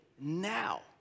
Now